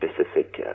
specific